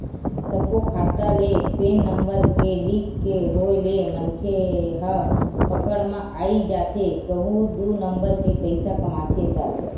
सब्बो खाता ले पेन नंबर के लिंक के होय ले मनखे ह पकड़ म आई जाथे कहूं दू नंबर के पइसा कमाथे ता